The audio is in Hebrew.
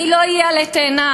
אני לא אהיה עלה תאנה.